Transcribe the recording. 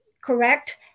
correct